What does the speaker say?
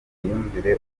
mwiyumvire